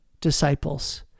disciples